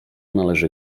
należy